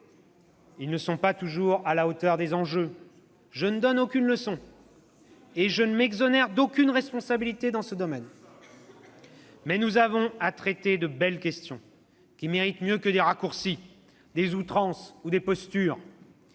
Ils ne sont pas toujours à la hauteur des enjeux. Je ne donne aucune leçon, ... Vous ne faites que ça !... et je ne m'exonère d'aucune responsabilité dans ce domaine, mais nous avons à traiter de belles questions, qui méritent mieux que des raccourcis, des outrances ou des postures.